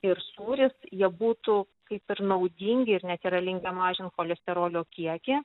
ir sūris jie būtų kaip ir naudingi ir net yra linkę mažint cholesterolio kiekį